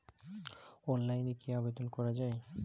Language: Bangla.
অনলাইনে কি আবেদন করা য়ায়?